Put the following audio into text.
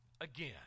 again